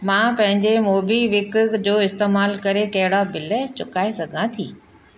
मां पंहिंजे MobiKwik जो इस्तेमालु करे कहिड़ा बिल चुकाए सघां थी